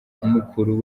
mukuru